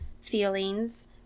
feelings